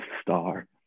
star